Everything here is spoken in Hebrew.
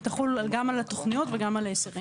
היא תחול גם על התוכניות וגם על ההיתרים.